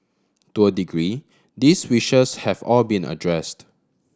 to a degree these wishes have all been addressed